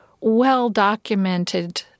well-documented